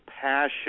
passion